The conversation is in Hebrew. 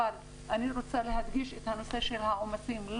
אבל אני רוצה להדגיש את הנושא של העומסים.